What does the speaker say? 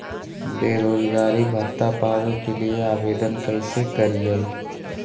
बेरोजगारी भत्ता पावे के लिए आवेदन कैसे करियय?